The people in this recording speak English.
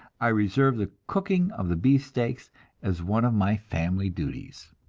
i reserve the cooking of the beefsteak as one of my family duties.